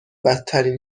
بدترین